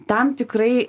tam tikrai